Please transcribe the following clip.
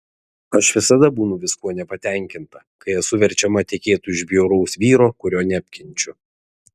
aš visada būnu viskuo nepatenkinta kai esu verčiama tekėti už bjauraus vyro kurio neapkenčiu